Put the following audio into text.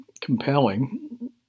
compelling